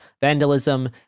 vandalism